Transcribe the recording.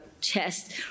chest